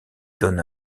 donne